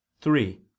Three